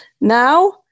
Now